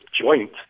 joint